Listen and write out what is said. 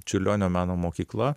čiurlionio meno mokykla